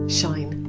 shine